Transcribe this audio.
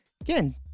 again